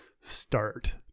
start